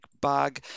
Bug